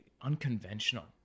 unconventional